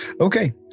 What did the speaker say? Okay